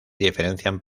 diferencian